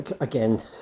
again